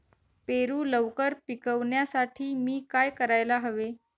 पेरू लवकर पिकवण्यासाठी मी काय करायला हवे?